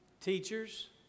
teachers